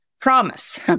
Promise